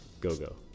Go-Go